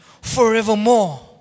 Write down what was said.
forevermore